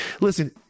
Listen